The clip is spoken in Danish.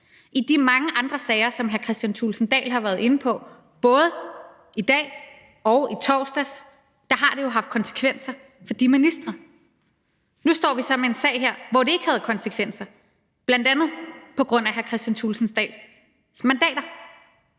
I de mange andre sager, som hr. Kristian Thulesen Dahl både i dag og i torsdags har været inde på, har det jo haft konsekvenser for de ministre. Nu står vi så med en sag her, hvor det ikke havde konsekvenser, bl.a. på grund af hr. Kristian Thulesen Dahls mandater.